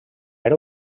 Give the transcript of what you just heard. era